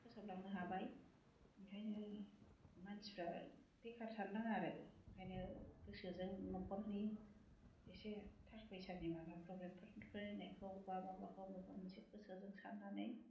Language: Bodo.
फोसाबलांनो हाबाय ओंखायनो मानसिफ्रा बेखार थानो नाङा आरो ओंखायनो गोसोजों न'खरनि एसे थाखा फैसानि माबा प्रब्लेम फोर रालायनायखौ बा माबाखौ माबा मोनसे गोसोजों सान्नानै